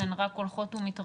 אז הן רק הולכות ומתרבות,